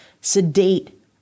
sedate